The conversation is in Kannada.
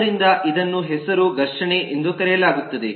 ಆದ್ದರಿಂದ ಇದನ್ನು ಹೆಸರು ಘರ್ಷಣೆ ಎಂದು ಕರೆಯಲಾಗುತ್ತದೆ